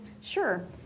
Sure